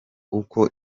uko